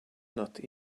not